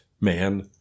man